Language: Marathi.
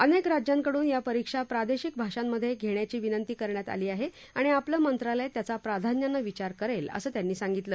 अनेक राज्यांकडून या परीक्षा प्रादेशिक भाषांमधे घेण्याची विनंती करण्यात आली आहे आणि आपलं मंत्रालय त्याचा प्राधान्यानं विचार करेल असं त्यांनी सांगितलं